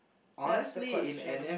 that's the question